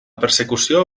persecució